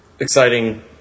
Exciting